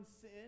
sin